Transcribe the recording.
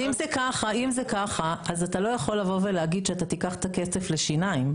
אם זה ככה אתה לא יכול להגיד שאתה תיקח את הכסף לשיניים.